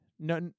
no